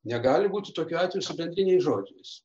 negali būti tokių atvejų su bendriniais žodžiais